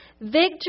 Victory